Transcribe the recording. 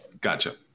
Gotcha